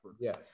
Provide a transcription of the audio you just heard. yes